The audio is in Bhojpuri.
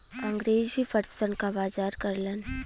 अंगरेज भी पटसन क बजार करलन